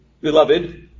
Beloved